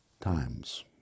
times